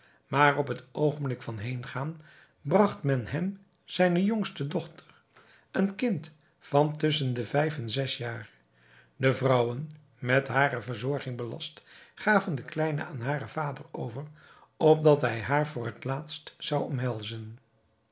maar op het oogenblik van heengaan bragt men hem zijne jongste dochter een kind van tusschen de vijf en zes jaar de vrouwen met hare verzorging belast gaven de kleine aan haren vader over opdat hij haar voor het laatst zou omhelzen